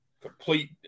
complete